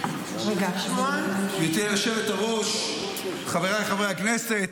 --- גברתי היושבת-ראש, חבריי חברי הכנסת,